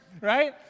right